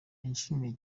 yashimiye